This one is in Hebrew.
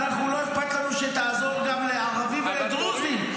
לא אכפת לנו שתעזור גם לערבים ולדרוזים,